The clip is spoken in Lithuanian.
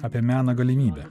apie meną galimybę